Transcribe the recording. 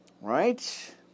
right